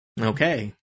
Okay